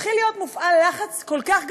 התחיל להיות מופעל לחץ כל כך גדול,